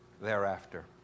thereafter